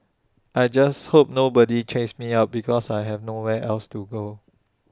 I just hope nobody chases me out because I have nowhere else to go